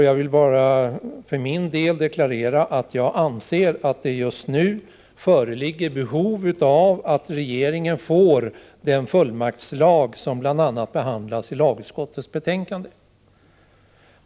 Jag vill bara för min del deklarera att jag anser att det just nu föreligger behov av att regeringen får den fullmaktslag som bl.a. behandlas i lagutskottets betänkande.